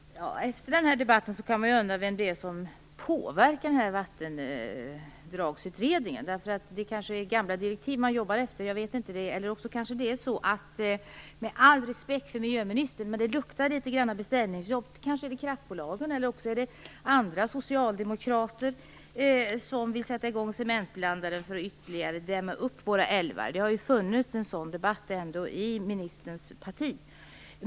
Fru talman! Efter denna debatt kan man undra vem det är som påverkar Vattendragsutredningen. Det kanske är gamla direktiv man jobbar efter, jag vet inte det. Med all respekt för miljöministern, men detta luktar litet beställningsjobb. Kanske är det kraftbolagen eller också är det andra socialdemokrater som vill sätta i gång cementblandaren för att ytterligare dämma upp våra älvar. Det har ju ändå funnits en sådan debatt i ministerns parti.